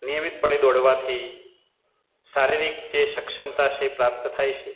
નિમયિત પડે દોડવાથી શારીરિક જે સક્ષમતા છે એ પ્રાપ્ત થાય છે